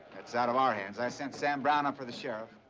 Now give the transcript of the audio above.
that's out of our hands. i sent sam brown um for the sheriff.